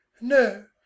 no